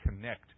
connect